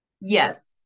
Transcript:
Yes